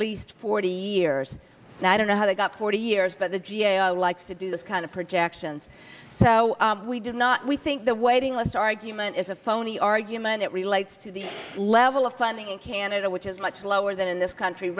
least forty years now i don't know how they got forty years but the g a o likes to do this kind of projections so we did not we think the waiting list argument is a phony argument it relates to the level of funding in canada which is much lower than in this country